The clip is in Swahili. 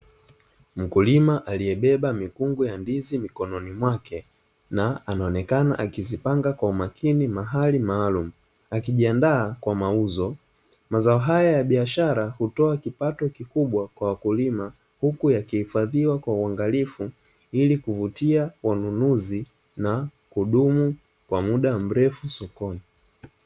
Mkulima aliyebeba mikungu ya ndizi mikononi mwake, na anaonekana akizipanga kwa umakini mahali maalumu akijiandaa kwa mauzo, mazao haya ya biashara hutoa kipato kikubwa kwa wakulima, huku yakihifadhiwa kwa uangalifu ili kuvutia wanunuzi na kudumu kwa muda mrefu sokoni.